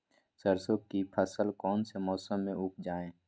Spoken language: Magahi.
सरसों की फसल कौन से मौसम में उपजाए?